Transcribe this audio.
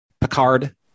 Picard